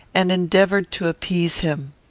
and endeavoured to appease him.